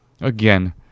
again